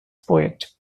poet